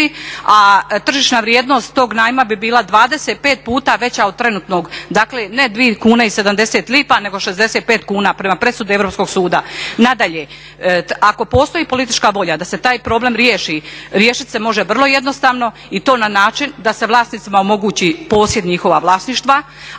a tržišna vrijednost tog najma bi bila 25 puta veća od trenutnog, dakle ne 2,75 kuna nego 65 kuna prema presudi Europskog suda. Nadalje, ako postoji politička volja da se taj problem riješi riješit se može vrlo jednostavno i to na način da se vlasnicima omogući posjed njihova vlasništva,